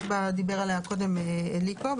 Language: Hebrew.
שהעיר עליה קודם אליקו.